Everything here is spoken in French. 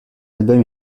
album